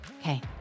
Okay